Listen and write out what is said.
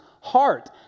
heart